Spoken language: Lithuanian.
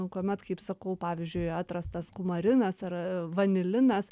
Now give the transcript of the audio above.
kuomet kaip sakau pavyzdžiui atrastas kumarinas ar vanilinas